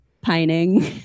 pining